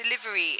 delivery